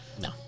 No